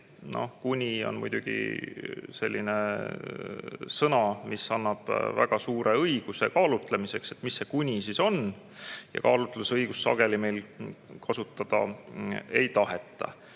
"Kuni" on muidugi selline sõna, mis annab väga suure õiguse kaalutlemiseks, mis see "kuni" siis on. Ja kaalutlusõigust sageli meil kasutada ei taheta.